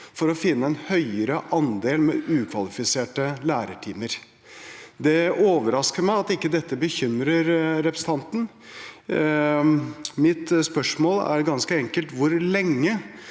for å finne en høyere andel med ukvalifiserte lærertimer. Det overrasker meg at ikke dette bekymrer representanten. Mitt spørsmål er ganske enkelt: Hvor lenge